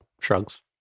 shrugs